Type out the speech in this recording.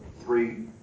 three